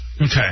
Okay